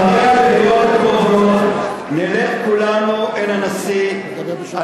אחרי הבחירות הקרובות נלך כולנו אל הנשיא על